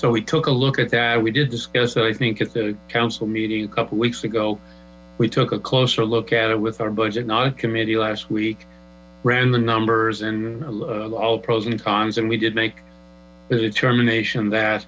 so we took a look at that we did discuss that i think at the council meeting a couple weeks ago we took a closer look at it with our budget not a committee last week ran the numbers and all the pros and cns and we did make the determination that